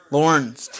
Lawrence